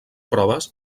proves